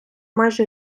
майже